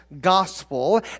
gospel